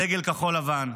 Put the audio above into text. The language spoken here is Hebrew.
הדגל הכחול-לבן,